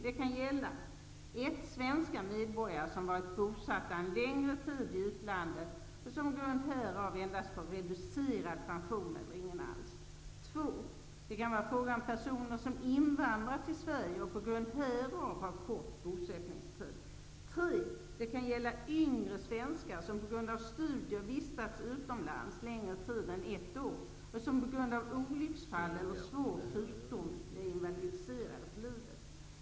Det kan gälla svenska medborgare som varit bosatta en längre tid i utlandet och som på grund härav endast får reducerad pension eller ingen alls. Det kan också gälla personer som invandrat till Sverige och på grund härav har kort bosättningstid. Det kan gälla yngre svenskar som på grund av studier vistats utomlands längre tid än ett år och som på grund av olycksfall eller svår sjukdom blir invalidiserade för livet.